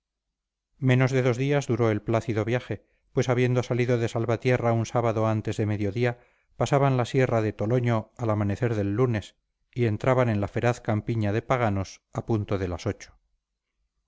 menos de dos días duró el plácido viaje pues habiendo salido de salvatierra un sábado antes de mediodía pasaban la sierra de toloño al amanecer del lunes y entraban en la feraz campiña de paganos a punto de las ocho